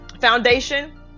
Foundation